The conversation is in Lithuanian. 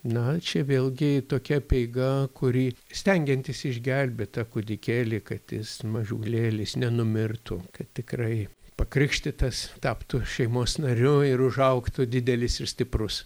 na čia vėlgi tokia apeiga kuri stengiantis išgelbėt tą kūdikėlį kad jis mažulėlis nenumirtų kad tikrai pakrikštytas taptų šeimos nariu ir užaugtų didelis ir stiprus